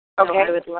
Okay